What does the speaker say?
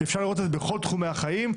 אפשר לראות את זה בכל תחומי החיים.